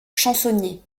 chansonnier